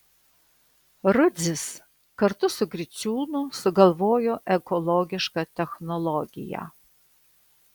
rudzis kartu su griciūnu sugalvojo ekologišką technologiją